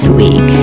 week